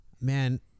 Man